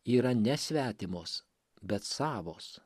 yra ne svetimos bet savos